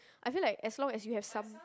I think like as long as you have some